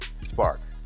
Sparks